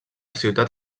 ciutat